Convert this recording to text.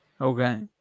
Okay